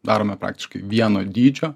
darome praktiškai vieno dydžio